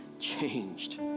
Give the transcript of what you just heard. changed